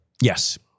Yes